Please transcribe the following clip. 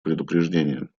предупреждения